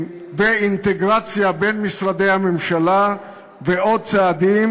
ואינטגרציה בין משרדי הממשלה ועוד צעדים.